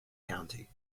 county